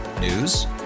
News